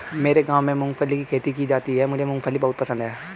मेरे गांव में मूंगफली की खेती की जाती है मुझे मूंगफली बहुत पसंद है